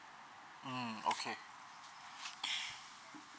mm okay